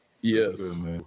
Yes